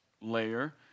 layer